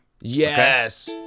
Yes